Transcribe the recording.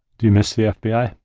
do you miss the fbi?